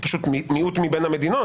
זה פשוט מיעוט מבין המדינות,